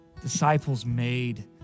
disciples-made